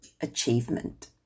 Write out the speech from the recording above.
achievement